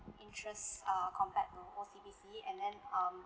interest uh compared to O_C_B_C and um